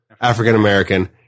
African-American